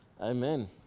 Amen